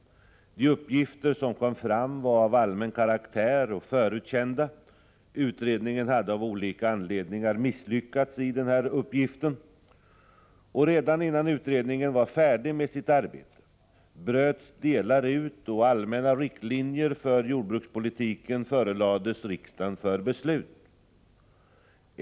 De uppgifter som kom fram var av allmän karaktär och förut kända — utredningen hade av olika anledningar misslyckats med uppgiften. Redan innan utredningen var färdig med sitt arbete bröts delar ut och allmänna riktlinjer för jordbrukspolitiken förelades riksdagen för beslut.